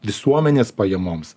visuomenės pajamoms